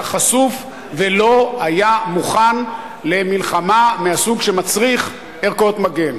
חשוף ולא היה מוכן למלחמה מהסוג שמצריך ערכות מגן.